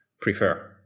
prefer